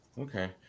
Okay